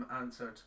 answered